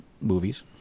movies